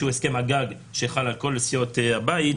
שהוא הסכם הגג שחל על כל סיעות הבית,